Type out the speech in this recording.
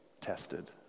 Tested